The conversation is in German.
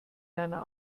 deiner